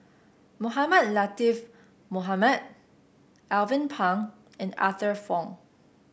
Mohamed Latiff Mohamed Alvin Pang and Arthur Fong